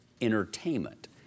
entertainment